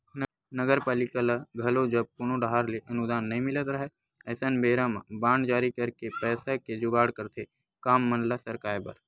नगरपालिका ल घलो जब कोनो डाहर ले अनुदान नई मिलत राहय अइसन बेरा म बांड जारी करके पइसा के जुगाड़ करथे काम मन ल सरकाय बर